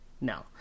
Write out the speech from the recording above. No